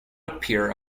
appear